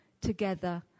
together